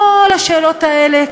כל השאלות האלה,